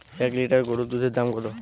এক লিটার গোরুর দুধের দাম কত?